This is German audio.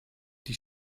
die